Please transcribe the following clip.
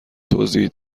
توضیح